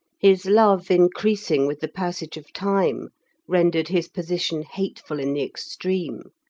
his love increasing with the passage of time rendered his position hateful in the extreme.